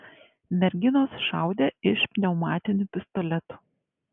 merginos šaudė iš pneumatinių pistoletų